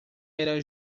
era